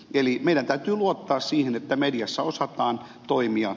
eli meidän täytyy luottaa siihen että mediassa osataan toimia